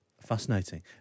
Fascinating